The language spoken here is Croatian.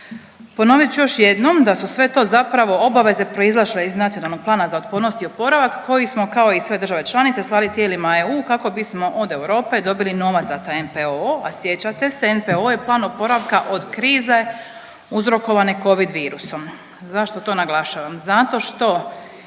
Ponovit ću još jednom da su sve to zapravo obaveze proizašle iz Nacionalnog plana za otpornost i oporavak koji smo kao i sve države članice slali tijelima EU kako bismo od Europe dobili novac za taj NPOO, a sjećate se, NPOO je plan oporavka od krize uzrokovane Covid virusom. Zašto to naglašavam? Zato što